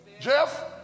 Jeff